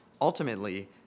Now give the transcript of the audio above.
Ultimately